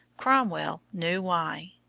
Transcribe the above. cromwell knew why.